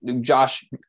Josh